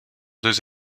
deux